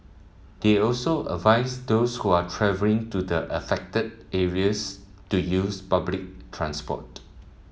they also advised those who are travelling to the affected areas to use public transport